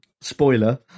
spoiler